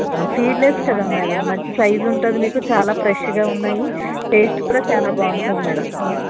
seedless కదా madam మంచి size ఉంటుంది మీకు చాలా ఫ్రెష్గా ఉన్నాయి టేస్ట్ కూడా చాలా బాగుంటుంది మేడం